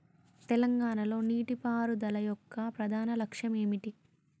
తెలంగాణ లో నీటిపారుదల యొక్క ప్రధాన లక్ష్యం ఏమిటి?